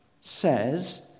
says